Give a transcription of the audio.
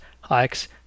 hikes